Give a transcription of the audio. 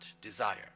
desire